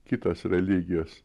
kitos religijos